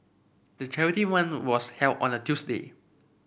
the charity run was held on a Tuesday